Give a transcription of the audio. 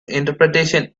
interpretation